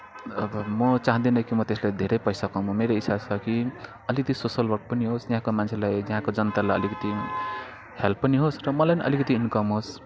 म चाहँदिन कि म त्यसलाई धेरै पैसा कमाउँ मेरो इच्छा छ कि अलिकति सोसल वर्क पनि होस् यहाँका मान्छेलाई यहाँको जनतालाई अलिकति हेल्प पनि होस् र मलाई पनि अलिकति इन्कम होस्